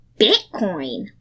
Bitcoin